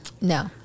No